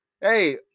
Hey